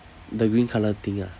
the green colour thing ah